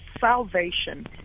salvation